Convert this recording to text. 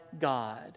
God